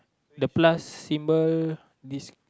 the plus symbol des~